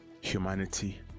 humanity